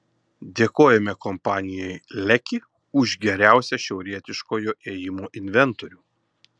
dėkojame kompanijai leki už geriausią šiaurietiškojo ėjimo inventorių